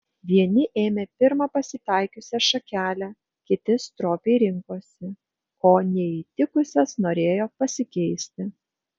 vieni ėmė pirmą pasitaikiusią šakelę kiti stropiai rinkosi o neįtikusias norėjo pasikeisti